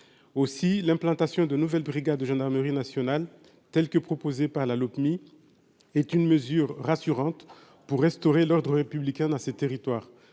aussi l'implantation de nouvelles brigades de gendarmerie nationale telle que proposée par La Lopmi est une mesure rassurante pour restaurer l'ordre républicain dans ces territoires,